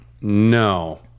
No